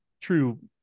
true